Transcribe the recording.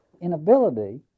inability